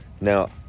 Now